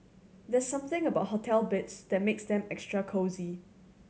there's something about hotel beds that makes them extra cosy